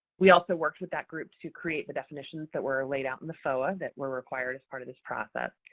we also worked with that group to create the definitions that were laid out in the foa that were required as part of this process.